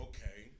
Okay